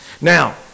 Now